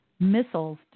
Missiles